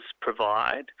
provide